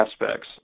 aspects